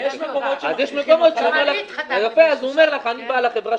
אז יש מקומות שאומרים לך: אני בעל חברת